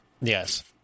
Yes